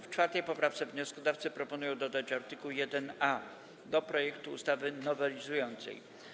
W 4. poprawce wnioskodawcy proponują dodać art. 1a do projektu ustawy nowelizującej.